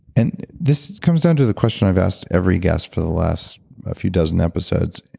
and this comes down to the question i've asked every guest for the last few dozen episodes.